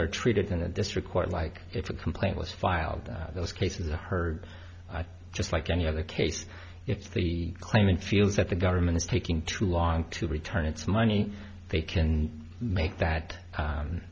are treated in a district court like if a complaint was filed those cases are heard just like any other case if the claimant feels that the government is taking too long to return its money they can make that